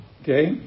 Okay